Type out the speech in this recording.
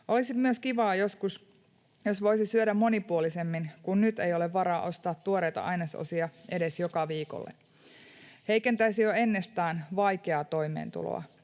Olisi myös kivaa, jos voisi joskus syödä monipuolisemmin, kun nyt ei ole varaa ostaa tuoreita ainesosia edes joka viikolle.” ”Heikentäisi jo ennestään vaikeaa toimeentuloa.